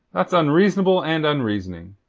that's unreasonable and unreasoning.